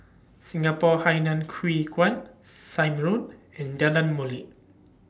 Singapore Hainan Hwee Kuan Sime Road and Jalan Molek